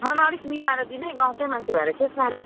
मलाई अलिक मिलाएर दिनु है गाउँकै मान्छे भएर के साह्रो